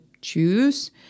choose